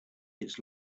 its